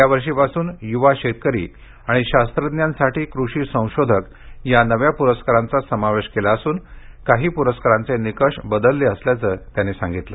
यावर्षांपासून युवा शेतकरी आणि शास्त्रज्ञांसाठी कृषी संशोधक या नव्या पुरस्कारांचा समावेश केला असून काही पूरस्कारांचे निकष बदलले असल्याचे त्यांनी सांगितले